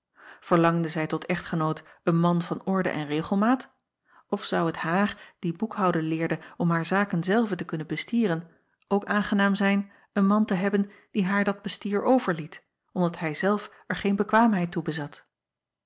erlangde zij tot echtgenoot een man van orde en regelmaat of zou het haar die boekhouden leerde om haar zaken zelve te kunnen bestieren ook aangenaam zijn een man te hebben die haar dat bestier overliet omdat hij zelf er geen bekwaamheid toe bezat